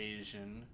Asian